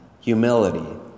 humility